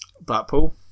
Blackpool